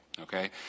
okay